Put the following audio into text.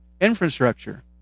infrastructure